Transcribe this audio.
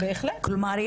כלומר,